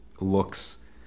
looks